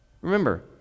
Remember